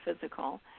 physical